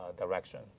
direction